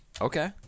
Okay